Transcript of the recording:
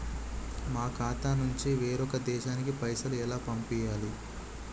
మా ఖాతా నుంచి వేరొక దేశానికి పైసలు ఎలా పంపియ్యాలి?